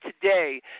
today